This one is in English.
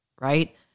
right